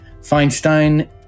Feinstein